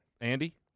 Andy